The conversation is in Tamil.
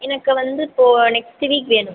எனக்கு வந்து இப்போ நெக்ஸ்ட்டு வீக் வேணும்